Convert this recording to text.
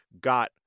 got